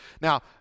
Now